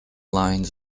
lines